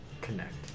connect